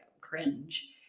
cringe